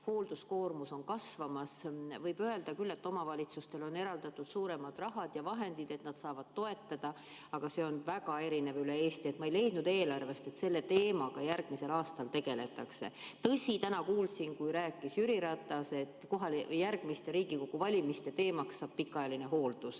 hoolduskoormus on kasvamas. Võib öelda küll, et omavalitsustele on eraldatud suuremad summad, et nad saaksid omakseid toetada, aga see on väga erinev üle Eesti. Ma ei leidnud eelarvest, et selle teemaga järgmisel aastal tegeldakse. Tõsi, täna kuulsin Jüri Ratast rääkivat, et järgmiste Riigikogu valimiste teemaks saab pikaajaline hooldus.